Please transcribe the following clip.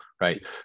right